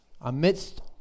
amidst